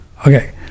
okay